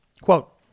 Quote